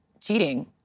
cheating